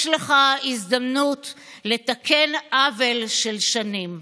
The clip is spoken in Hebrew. יש לך הזדמנות לתקן עוול של שנים.